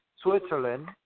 Switzerland